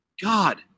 God